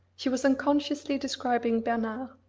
she was unconsciously describing bernard.